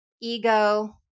ego